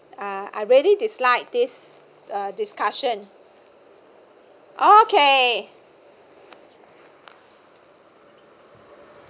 uh I really dislike this uh discussion okay